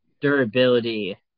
durability